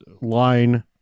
line